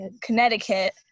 Connecticut